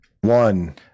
one